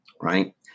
right